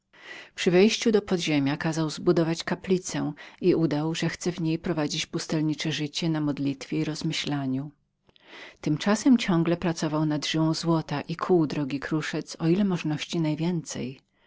przy wejściu do podziemia kazał zbudować kaplicę i udał że chce w niej prowadzić pustelnicze życie na modlitwie i rozmyślaniu tymczasem ciągle pracował nanad żyłą złota i kuł drogi kruszec o ile możności najwięcej